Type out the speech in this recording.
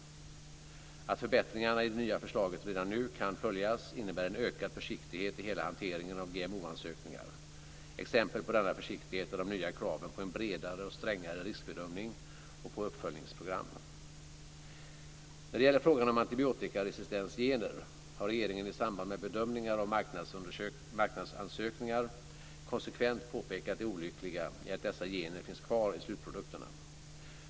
Att förbättringarna i det nya förslaget redan nu kan följas innebär en ökad försiktighet i hela hanteringen av GMO-ansökningar. Exempel på denna försiktighet är de nya kraven på en bredare och strängare riskbedömning och på uppföljningsprogram. När det gäller frågan om antibiotikaresistensgener har regeringen i samband med bedömningar av marknadsansökningar konsekvent påpekat det olyckliga i att dessa gener finns kvar i slutprodukterna.